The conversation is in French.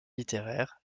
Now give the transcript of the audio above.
littéraires